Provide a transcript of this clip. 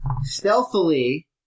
stealthily